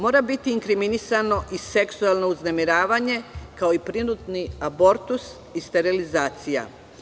Mora biti inkriminisano i seksualno uznemiravanje, kao i prinudni abortus i sterilizacija.